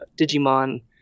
Digimon